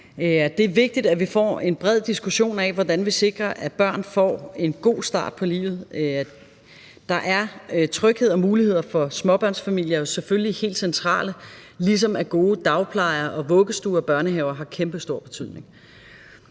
Det er vigtigt, at vi får en bred diskussion af, hvordan vi sikrer, at børn får en god start på livet, og der er tryghed og muligheder for småbørnsfamilier jo selvfølgelig helt centrale, ligesom at gode dagplejere, vuggestuer og børnehaver har kæmpestor betydning.